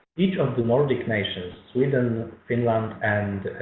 each of the nordic nations, sweden finland and